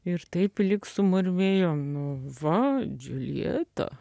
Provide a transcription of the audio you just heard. ir taip lyg sumurmėjo nu va džiuljeta